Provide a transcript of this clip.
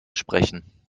sprechen